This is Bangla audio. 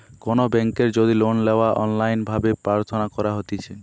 কোনো বেংকের যদি লোন লেওয়া অনলাইন ভাবে প্রার্থনা করা হতিছে